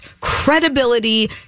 credibility